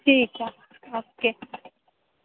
ठीक ऐ ओके